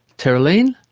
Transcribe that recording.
terylene,